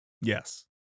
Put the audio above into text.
Yes